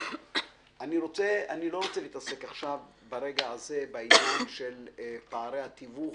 אני לא רוצה להתעסק עכשיו בעניין של פערי התיווך,